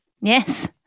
Yes